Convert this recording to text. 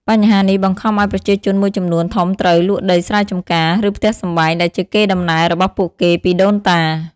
បញ្ហានេះបង្ខំឲ្យប្រជាជនមួយចំនួនធំត្រូវ លក់ដីស្រែចម្ការ ឬផ្ទះសម្បែង ដែលជាកេរ្តិ៍ដំណែលរបស់ពួកគេពីដូនតា។